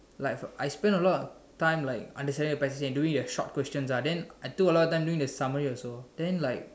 like for I spent a lot of time like understanding the passage and doing the short questions ah then I took a lot of time doing the summary also then I